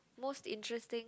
most interesting